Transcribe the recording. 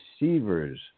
receivers